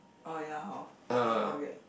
oh ya horn I forget